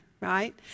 right